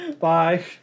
bye